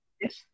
Yes